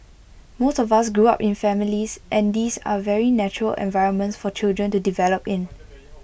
most of us grew up in families and these are very natural environments for children to develop in